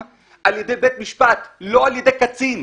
לא על מה שאנחנו מבקשים.